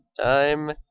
Time